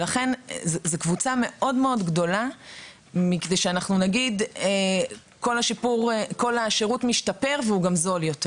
לכן זה קבוצה מאוד גדולה מכדי שנגיד שכל השירות משתפר והוא גם זול יותר.